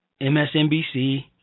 MSNBC